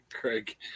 Craig